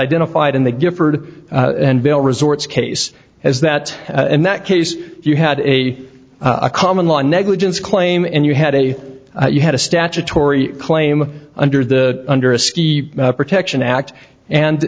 identified in the gifford and bill resorts case as that and that case you had a a common law negligence claim and you had a you had a statutory claim under the under a ski protection act and